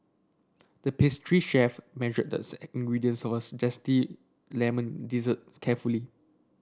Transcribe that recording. the pastry chef measured the ingredients of a zesty lemon dessert carefully